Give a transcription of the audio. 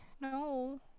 no